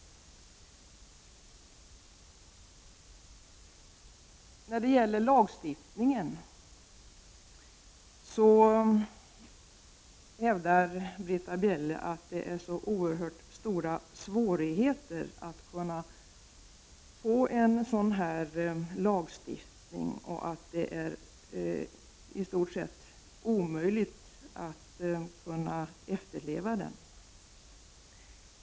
När det gäller lagstiftningen hävdar Britta Bjelle att det är så oerhört stora svårigheter att få en sådan lagstiftning och att det är i stort sett omöjligt att efterleva den.